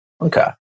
Okay